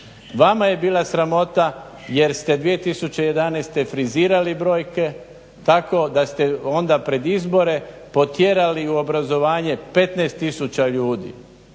Vama je bila sramota jer ste 2011. frizirali brojke tako da ste onda pred izbore potjerali u obrazovanje 15 tisuća ljudi